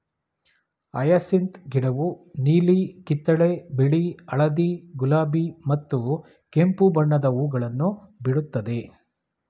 hyacinth ಗಿಡವು ನೀಲಿ, ಕಿತ್ತಳೆ, ಬಿಳಿ, ಹಳದಿ, ಗುಲಾಬಿ ಮತ್ತು ಕೆಂಪು ಬಣ್ಣದ ಹೂಗಳನ್ನು ಬಿಡುತ್ತದೆ